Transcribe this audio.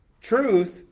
Truth